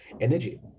energy